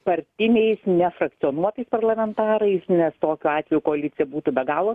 partiniais nefrakcionuotais parlamentarais nes tokiu atveju koalicija būtų be galo